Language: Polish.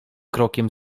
krokiem